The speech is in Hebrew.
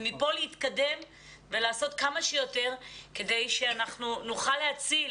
ומפה להתקדם ולעשות כמה שיותר כדי שאנחנו נוכל להציל,